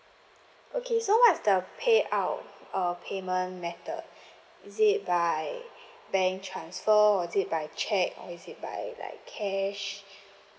okay so what is the payout uh payment method is it by bank transfer or is it by cheque or is it by like cash